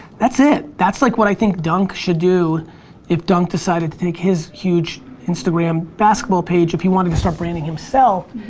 that's it. that's like what i think dunk should do if dunk decided to take his huge instagram basketball page if he wanted to start branding himself.